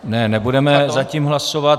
Ne, nebudeme zatím hlasovat.